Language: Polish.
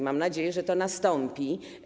Mam nadzieję, że to nastąpi.